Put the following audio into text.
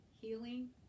Healing